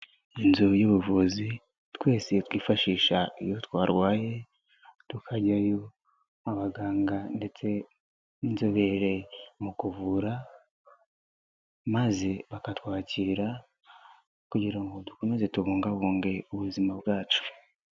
Inzu y'ubuvuzi twese twifashisha iyo twarwaye tukajyayo abaganga ndetse n'inzobere mu kuvura maze bakatwakira kugira ngo dukomeze tubungabunge ubuzima bwacu.